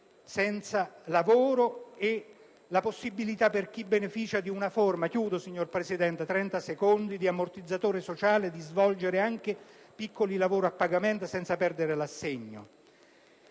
senza lavoro, e la possibilità per chi beneficia di una forma di ammortizzatore sociale di svolgere anche piccoli lavori a pagamento senza perdere l'assegno.